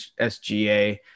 SGA